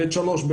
ב'3,